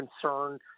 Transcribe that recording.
concerned